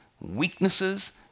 weaknesses